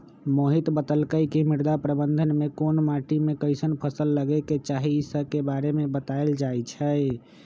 मोहित बतलकई कि मृदा प्रबंधन में कोन माटी में कईसन फसल लगे के चाहि ई स के बारे में बतलाएल जाई छई